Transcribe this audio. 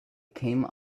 came